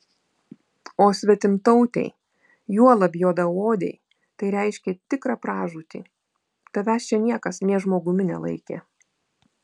o svetimtautei juolab juodaodei tai reiškė tikrą pražūtį tavęs čia niekas nė žmogumi nelaikė